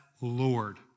Lord